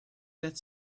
that